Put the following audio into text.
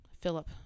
Philip